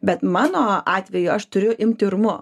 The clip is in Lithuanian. bet mano atveju aš turiu imti urmu